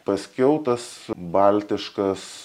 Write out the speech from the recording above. paskiau tas baltiškas